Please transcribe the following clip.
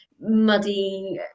muddy